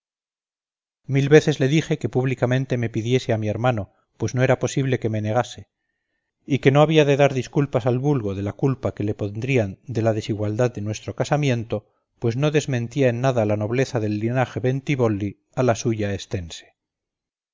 mil veces le dije que públicamente me pidiese a mi hermano pues no era posible que me negase y que no había que dar disculpas al vulgo de la culpa que le pondrían de la desigualdad de nuestro casamiento pues no desmentía en nada la nobleza del linaje bentibolli a la suya estense